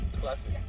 classic